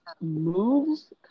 moves